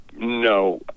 No